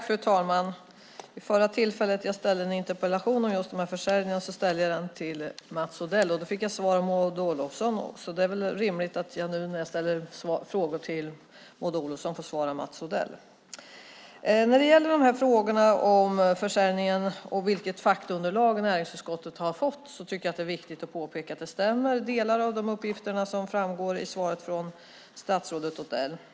Fru talman! Vid förra tillfället då jag ställde en interpellation om de här försäljningarna ställde jag den till Mats Odell, och då fick jag svar av Maud Olofsson, så det är väl rimligt att jag, nu när jag ställer frågor till Maud Olofsson får svar av Mats Odell. När det gäller frågorna om försäljningen och vilket faktaunderlag näringsutskottet har fått tycker jag att det är viktigt att påpeka att delar av de uppgifter som framgår i svaret från statsrådet Odell stämmer.